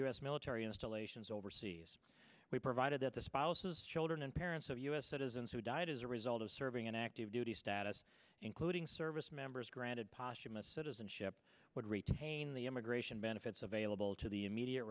us military installations overseas we provided that the spouses children and parents of u s citizens who died as a result of serving an active duty status including service members granted posthumous citizenship would retain the immigration benefits available to the immediate